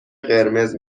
قرمز